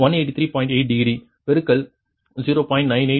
8 degree பெருக்கல் 0